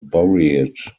buried